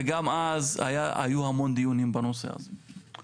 וגם אז היו המון דיונים בנושא הזה.